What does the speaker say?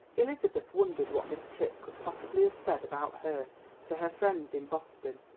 elizabeth wondered what miss tripp could possibly have said about her to her friends in boston.